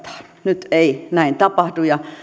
nyt ei näin tapahdu ja